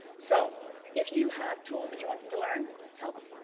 so if you have tools that you want them to learn, tell them.